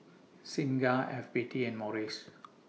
Singha F B T and Morries